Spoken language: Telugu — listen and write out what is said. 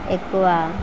ఎక్కువ